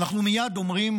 ואנחנו מייד אומרים: